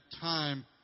time